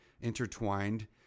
intertwined